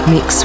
Mix